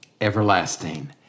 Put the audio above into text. everlasting